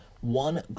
one